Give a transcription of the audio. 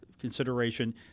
consideration